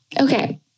okay